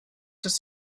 dass